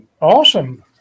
Awesome